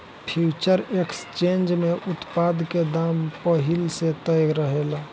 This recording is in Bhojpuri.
फ्यूचर एक्सचेंज में उत्पाद के दाम पहिल से तय रहेला